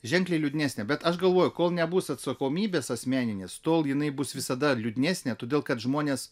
ženkliai liūdnesnę bet aš galvoju kol nebus atsakomybės asmeninės tol jinai bus visada liūdnesnė todėl kad žmonės